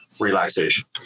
relaxation